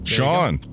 Sean